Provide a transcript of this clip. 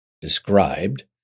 described